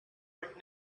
but